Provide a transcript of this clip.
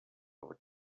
over